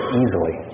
easily